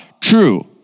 true